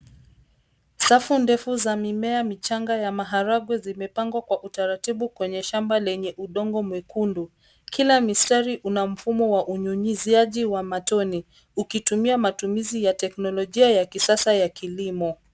Safu ndefu za mimea michanga ya maharagwe zimepangwa kwa utaratibu kwenye shamba lenye udongo mwekundu. Kila mstari una mfumo wa unyunyiziaji wa matone ukitumia matumizi ya teknolojia ya kisasa ya kilimo.